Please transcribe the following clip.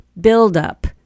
buildup